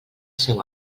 seu